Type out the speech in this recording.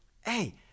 hey